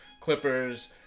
Clippers